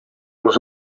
was